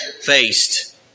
faced